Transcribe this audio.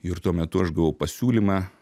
ir tuo metu aš gavau pasiūlymą